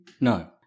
No